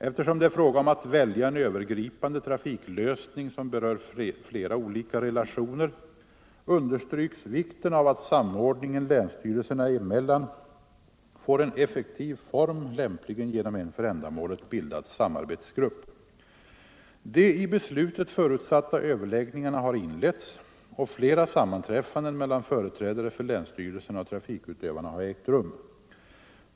Eftersom det är fråga om att välja en övergripande trafiklösning som berör flera olika relationer understryks vikten av att samordningen länsstyrelserna emellan får en effektiv form, lämpligen genom en för ändamålet bildad samarbetsgrupp. De i beslutet förutsatta överläggningarna har inletts, och flera sammanträffanden mellan företrädare för länsstyrelserna och trafikutövarna har ägt rum.